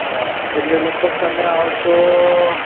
અ એટલે લગભગ તમે આવશો